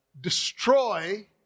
Destroy